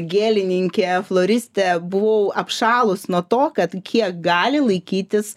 gėlininkė floristė buvau apšalus nuo to kad kiek gali laikytis